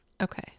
okay